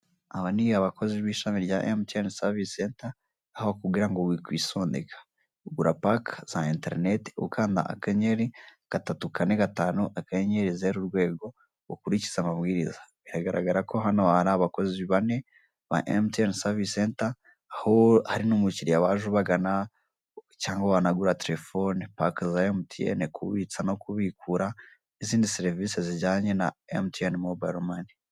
Aba ni abakozi b'ishami rya emutiyeni savisi senta aho bakubwira ngo wikisondeka, ugura pake za interineti ukanda akanyenyeri gatatu kane gatanu akanyenyeri zeru urwego ukurikize amabwiriza, biragaragara ko hano hari abakozi bane ba emutiyeni savisi senta aho hari n'umukiriya waje ubagana cyangwa wanagura terefone, paka za emutiyeni, kubitsa no kubikura n'izindi serivise zijyanye na emutiyeni mobayilo mani.